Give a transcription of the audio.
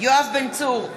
יואב בן צור,